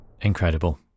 Incredible